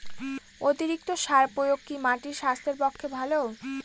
অতিরিক্ত সার প্রয়োগ কি মাটির স্বাস্থ্যের পক্ষে ভালো?